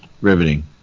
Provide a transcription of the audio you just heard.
Riveting